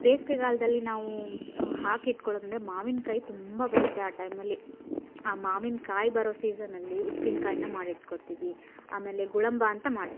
ಬೇಸಿಗೆಗಾಲ್ದಲ್ಲಿ ನಾವು ಹಾಕಿಟ್ಕೊಳ್ಳೋದಂದರೆ ಮಾವಿನ್ಕಾಯಿ ತುಂಬ ಬರುತ್ತೆ ಆ ಟೈಮಲ್ಲಿ ಆ ಮಾವಿನ್ಕಾಯಿ ಬರೋ ಸೀಸನಲ್ಲಿ ಉಪ್ಪಿನ್ಕಾಯನ್ನ ಮಾಡಿಟ್ಕೋತೀವಿ ಆಮೇಲೆ ಗುಳಂಬ ಅಂತ ಮಾಡ್ತೀವಿ